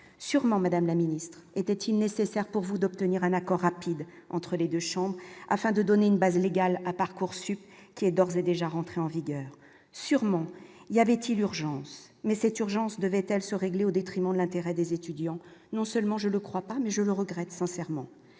sûrement Madame la Ministre, était-il nécessaire pour vous d'obtenir un accord rapide entre les 2 chambres afin de donner une base légale à Parcoursup qui est d'ores et déjà rentrer en vigueur, sûrement, il y avait-il urgence mais cette urgence de se régler au détriment de l'intérêt des étudiants non seulement je le crois pas, mais je le regrette sincèrement